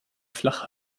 flach